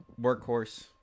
workhorse